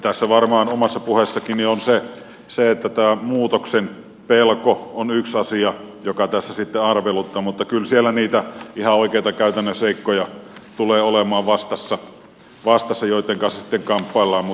tässä varmasti omassa puheessanikin on se että tämä muutoksen pelko on yksi asia joka tässä sitten arveluttaa mutta kyllä siellä niitä ihan oikeita käytännön seikkoja tulee olemaan vastassa joitten kanssa sitten kamppaillaan mutta toivottavasti ne voitetaan